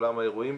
עולם האירועים,